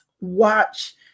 watch